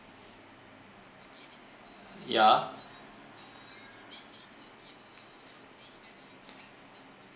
ya